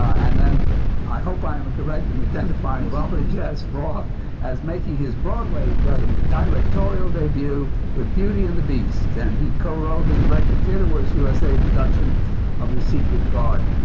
and then i hope i am correct in identifying robert jess roth as making his broadway directorial debut with beauty and the beast. and he co-wrote and directed a theatreworks usa production of the secret garden.